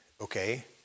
okay